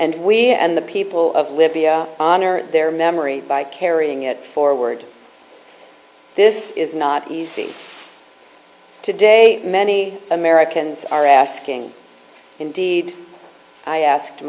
and we and the people of libya honor their memory by carrying it forward this is not easy today many americans are asking indeed i asked